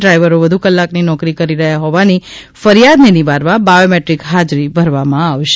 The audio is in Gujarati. ડ્રાઈવરો વધુ કલાકની નોકરી કરી રહ્યા હોવાની ફરિયાદને નિવારવા બાયોમેટ્રીક હાજરી ભરવામાં આવશે